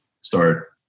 start